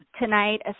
tonight